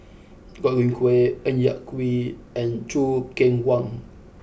Godwin Koay Ng Yak Whee and Choo Keng Kwang